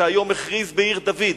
שהיום הכריז בעיר-דוד,